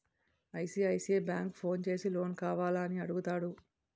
ICICI bank phone చేసి loan కావాల అని అడుగుతాడు